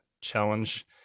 challenge